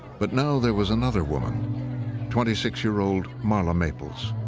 but now there was another woman twenty six year old marla maples.